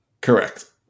Correct